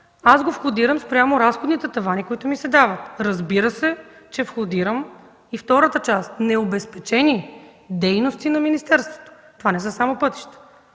го входирам спрямо разходните тавани, които ми се дават. Разбира се, че входирам и втората част – необезпечени дейности на министерството. Това не са само пътища,